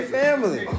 family